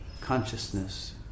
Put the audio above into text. consciousness